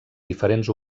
diferents